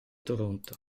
toronto